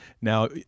Now